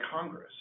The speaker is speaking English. Congress